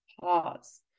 pause